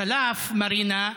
צלף, מרינה,